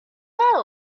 matter